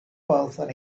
person